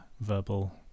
verbal